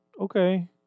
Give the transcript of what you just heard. okay